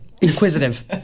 inquisitive